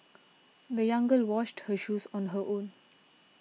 the young girl washed her shoes on her own